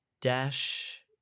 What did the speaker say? Dash